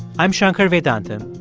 i'm shankar vedantam,